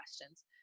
questions